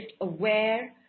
aware